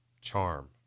charm